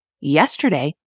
yesterday